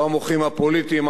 לא המוחים הפוליטיים,